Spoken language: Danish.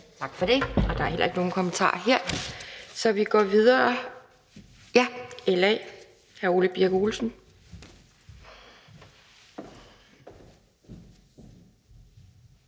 Tak for det. Der er heller ikke nogen kommentarer her, så vi går videre til LA og hr. Ole Birk Olesen.